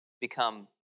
become